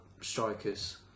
strikers